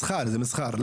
זה מסחר, זה מסחר.